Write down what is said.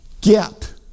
get